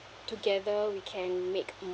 together we can make